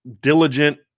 diligent